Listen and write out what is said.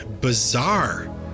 bizarre